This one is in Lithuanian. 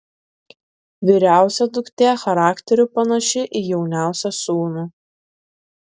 vyriausia duktė charakteriu panaši į jauniausią sūnų